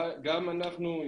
אבל גם אנחנו,